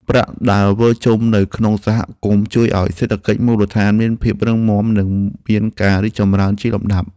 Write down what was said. ប្រាក់ដែលវិលជុំនៅក្នុងសហគមន៍ជួយឱ្យសេដ្ឋកិច្ចមូលដ្ឋានមានភាពរឹងមាំនិងមានការរីកចម្រើនជាលំដាប់។